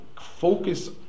focus